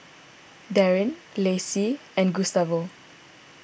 Darrin Lacie and Gustavo